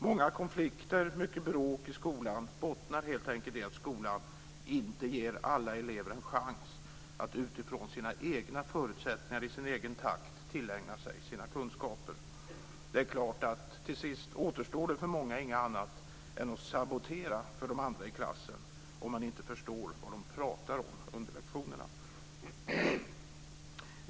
Många konflikter, mycket bråk i skolan, bottnar helt enkelt i att skolan inte ger alla elever en chans att utifrån sina egna förutsättningar i sin egen takt tillägna sig sina kunskaper. Det är klart att till sist återstår det för många inget annat än att sabotera för de andra i klassen om man inte förstår vad de pratar om under lektionerna.